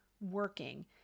working